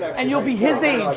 and you'll be his age,